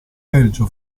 belgio